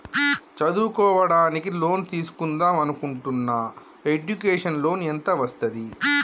చదువుకోవడానికి లోన్ తీస్కుందాం అనుకుంటున్నా ఎడ్యుకేషన్ లోన్ ఎంత వస్తది?